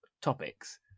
topics